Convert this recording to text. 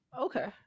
Okay